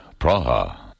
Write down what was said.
Praha